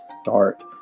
start